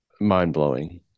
mind-blowing